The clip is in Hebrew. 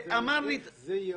ואמר --- השאלה איך זה ייראה?